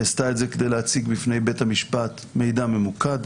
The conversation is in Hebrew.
היא עשתה את זה כדי להציג בפני בית המשפט מידע ממוקד.